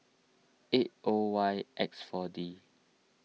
eight O Y X four D